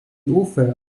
author